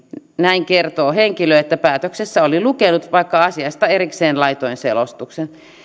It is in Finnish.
näin kertoo henkilö että päätöksessä oli lukenut vaikka asiasta erikseen laittoi selostuksen